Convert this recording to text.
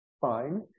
fine